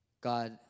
God